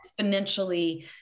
exponentially